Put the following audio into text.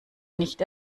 nicht